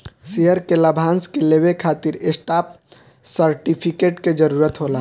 share के लाभांश के लेवे खातिर स्टॉप सर्टिफिकेट के जरूरत होला